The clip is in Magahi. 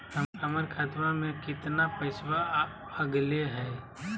हमर खतवा में कितना पैसवा अगले हई?